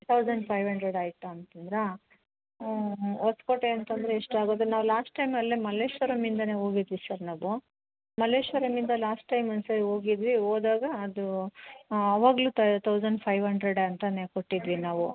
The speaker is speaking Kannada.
ತೌಸಂಡ್ ಫೈ ಹಂಡ್ರೆಡ್ ಆಯ್ತು ಅಂತಂದಿರಾ ಹೊಸ್ಕೋಟೆ ಅಂತ ಅಂದರೆ ಎಷ್ಟಾಗೋದು ನಾವು ಲಾಸ್ಟ್ ಟೈಮ್ ಅಲ್ಲೆ ಮಲ್ಲೇಶ್ವರಂ ಇಂದಲೆ ಹೋಗಿದ್ವಿ ಸರ್ ನಾವು ಮಲ್ಲೇಶ್ವರಂ ಇಂದ ಲಾಸ್ಟ್ ಟೈಮ್ ಒಂದ್ಸರಿ ಹೋಗಿದ್ವಿ ಹೋದಾಗ ಅದು ಆವಾಗಲು ತೌಸಂಡ್ ಫೈ ಹಂಡ್ರೆಡ್ ಅಂತಲೇ ಕೊಟ್ಟಿದ್ವಿ ನಾವು